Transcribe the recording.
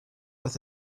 with